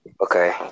Okay